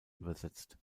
übersetzt